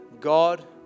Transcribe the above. God